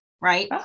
Right